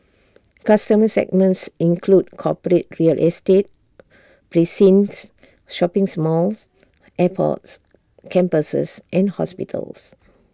customer segments include corporate real estate precincts shopping's malls airports campuses and hospitals